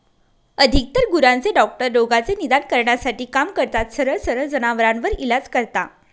अधिकतर गुरांचे डॉक्टर रोगाचे निदान करण्यासाठी काम करतात, सरळ सरळ जनावरांवर इलाज करता